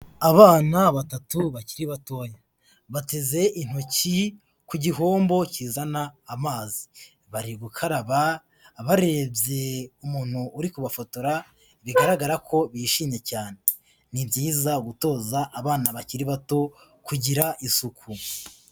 Abana batatu bakiri batoya, bateze intoki ku gihombo kizana amazi, bari gukaraba barebye umuntu uri kubafotora, bigaragara ko bishimye cyane. Ni byiza gutoza abana bakiri bato kugira isuku.